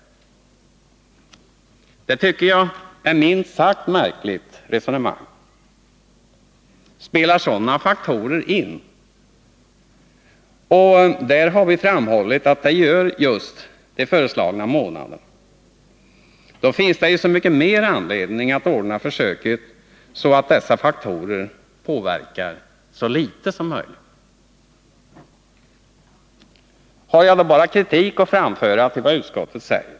Det tycker jag är ett minst sagt märkligt resonemang. Om sådana faktorer spelar in — och det har vi framhållit att tiden, just de föreslagna månaderna, gör — då finns det så mycket större anledning att anordna försöket så, att dessa faktorer påverkar så litet som möjligt. Har jag då bara kritik att framföra till vad utskottet säger?